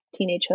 teenagehood